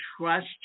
trust